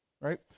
Right